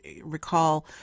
recall